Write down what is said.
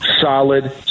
solid